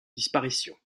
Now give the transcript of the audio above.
disparition